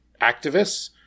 activists